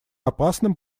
опасным